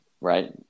Right